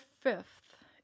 fifth